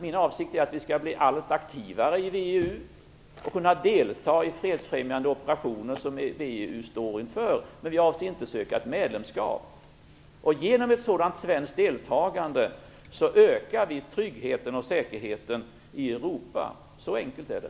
Min avsikt är att vi skall bli allt aktivare i VEU och att vi skall kunna delta i fredsfrämjande operationer som VEU står inför, men vi avser inte att söka medlemskap. Genom ett sådant svenskt deltagande ökar vi tryggheten och säkerheten i Europa. Så enkelt är det.